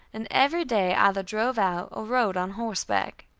and every day either drove out, or rode on horseback.